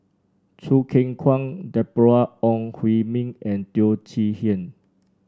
Choo Keng Kwang Deborah Ong Hui Min and Teo Chee Hean